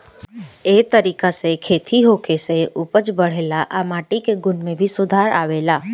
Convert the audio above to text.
ए तरीका से खेती होखे से उपज बढ़ेला आ माटी के गुण में भी सुधार आवेला